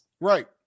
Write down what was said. Right